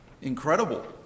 incredible